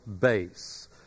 base